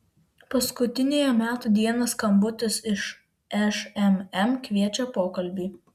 paskutiniąją metų dieną skambutis iš šmm kviečia pokalbiui